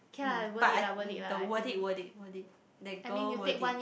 mm but I mm the worth it worth it worth it that girl worth it